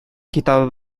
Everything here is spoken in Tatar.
китабы